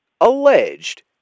alleged